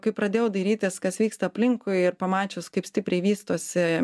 kai pradėjau dairytis kas vyksta aplinkui ir pamačius kaip stipriai vystosi